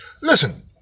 Listen